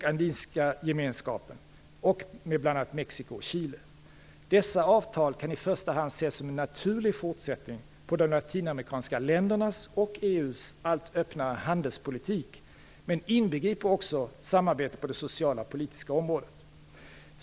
Dessa avtal kan i första hand ses som en naturlig fortsättning på de latinamerikanska ländernas och EU:s allt öppnare handelspolitik, men inbegriper också samarbete på det sociala och politiska området.